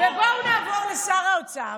ובואו נעבור לשר האוצר,